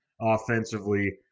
offensively